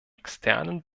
externen